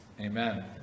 Amen